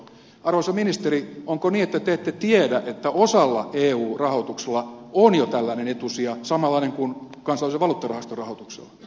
arvoisa ministeri onko niin että te ette tiedä että osalla eu rahoitusta on jo tällainen etusija samanlainen kuin kansainvälisen valuuttarahaston rahoituksella